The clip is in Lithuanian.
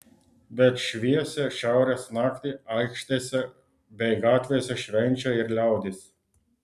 bet šviesią šiaurės naktį aikštėse bei gatvėse švenčia ir liaudis